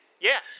yes